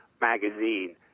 magazine